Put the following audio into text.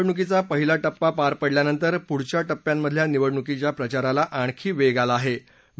लोकसभा निवडणुकीचा पहिला टप्पा पार पडल्यानंतर पुढच्या टप्प्यांमधल्या निवडणुकीच्या प्रचाराला आणखी वेग आला आहे